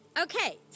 okay